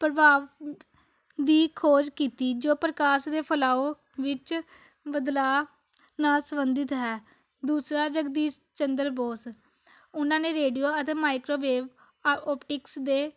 ਪ੍ਰਭਾਵ ਦੀ ਖੋਜ ਕੀਤੀ ਜੋ ਪ੍ਰਕਾਸ਼ ਦੇ ਫੈਲਾਓ ਵਿੱਚ ਬਦਲਾਅ ਨਾਲ ਸੰਬੰਧਿਤ ਹੈ ਦੂਸਰਾ ਜਗਦੀਸ਼ ਚੰਦਰ ਬੋਸ ਉਹਨਾਂ ਨੇ ਰੇਡੀਓ ਅਤੇ ਮਾਈਕਰੋਵੇਵ ਆ ਓਪਿਟਕਸ ਦੇ